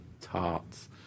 tarts